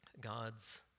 God's